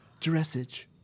Dressage